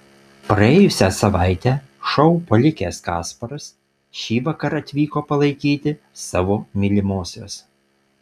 praėjusią savaitę šou palikęs kasparas šįvakar atvyko palaikyti savo mylimosios